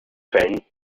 fällen